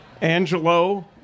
Angelo